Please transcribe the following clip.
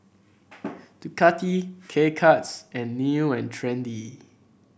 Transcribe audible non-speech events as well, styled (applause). (noise) Ducati K Cuts and New And Trendy